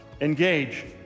engage